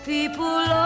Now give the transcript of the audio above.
People